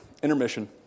Intermission